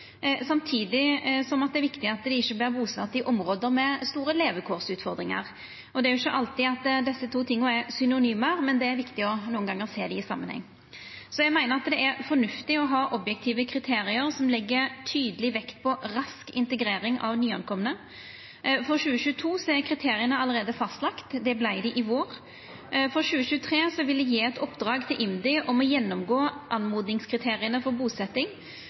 samtidig som det er viktig at dei ikkje vert busette i område med store levekårsutfordringar. Det er ikkje alltid at desse to tinga er synonyme, men det er viktig nokre gonger å sjå dei i samanheng. Eg meiner at det er fornuftig å ha objektive kriterium som legg tydeleg vekt på rask integrering av nykomne. For 2022 er kriteria allereie fastlagde. Det vart dei i vår. For 2023 vil eg gje eit oppdrag til IMDi om å gå gjennom oppmodingskriteria for